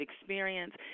experience